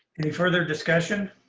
any further discussion?